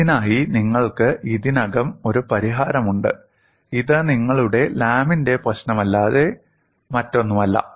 ഇതിനായി നിങ്ങൾക്ക് ഇതിനകം ഒരു പരിഹാരമുണ്ട് ഇത് നിങ്ങളുടെ ലാമിന്റെ പ്രശ്നമല്ലാതെ മറ്റൊന്നുമല്ല